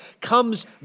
comes